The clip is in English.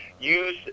Use